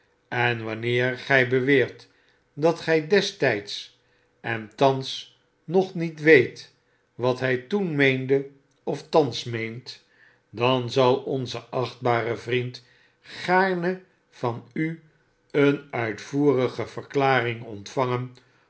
en wanneer gy beweert dat gy destijds en thans nog niet weet wat hj toen meende of thans meent dan zal onze achtbare vriend gaarne van u een uitvoerige verklaring ontvangen